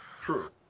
True